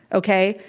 okay?